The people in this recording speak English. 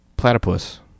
Platypus